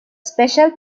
special